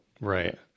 right